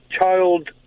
child